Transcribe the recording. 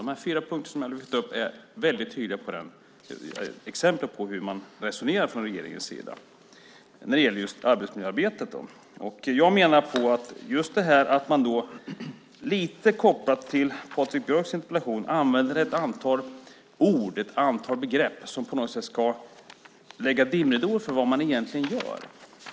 De fyra punkter som jag lyfter upp är väldigt tydliga exempel på hur man resonerar från regeringens sida när det gäller arbetsmiljöarbetet. Jag menar att man, lite kopplat till Patrik Björcks interpellation, använder ett antal ord och begrepp för att lägga dimridåer för vad man egentligen gör.